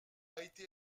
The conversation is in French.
été